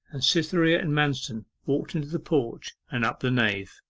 and cytherea and manston walked into the porch, and up the nave.